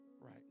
right